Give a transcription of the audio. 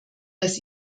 dass